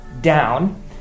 down